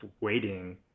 waiting